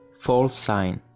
fourth sign.